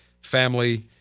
family